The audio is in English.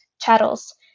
chattels